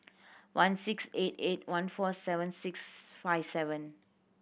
one six eight eight one four seven six five seven